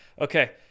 Okay